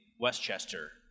westchester